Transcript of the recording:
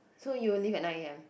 so you will leave at nine a_m